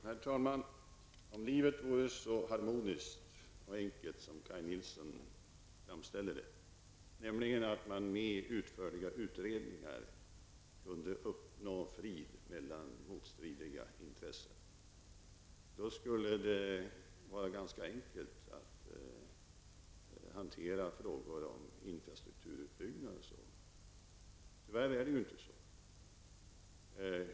Herr talman! Om livet vore så harmoniskt och enkelt som Kaj Nilsson framställer det, där man med utförliga utredningar kan uppnå frid mellan motstridiga intressen, då skulle det vara ganska enkelt att hantera frågor som infrastrukturutbyggnad osv. Tyvärr är det inte så.